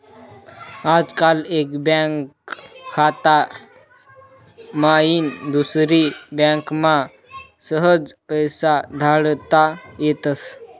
आजकाल एक बँक खाता माईन दुसरी बँकमा सहज पैसा धाडता येतस